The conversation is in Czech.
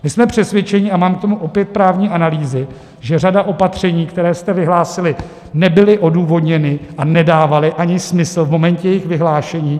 My jsme přesvědčeni a mám k tomu opět právní analýzy, že řada opatření, která jste vyhlásili, nebyla odůvodněna a nedávala smysl ani v momentě jejich vyhlášení.